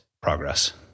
progress